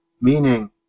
meaning